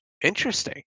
Interesting